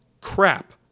crap